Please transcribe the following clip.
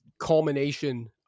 culmination